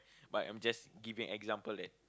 but I'm just giving example that